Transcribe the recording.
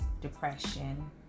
depression